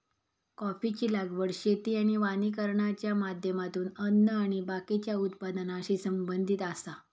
कॉफीची लागवड शेती आणि वानिकरणाच्या माध्यमातून अन्न आणि बाकीच्या उत्पादनाशी संबंधित आसा